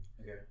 Okay